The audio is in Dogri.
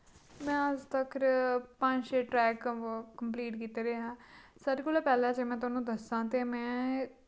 में अज तकर पंज छे ट्रैक कम कंपलीट कीते दे ऐं सारें कोला पैह्लैं जे में थोआनूं दस्सां ते में